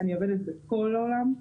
אני עובדת בכל העולם,